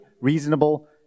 reasonable